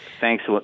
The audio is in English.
Thanks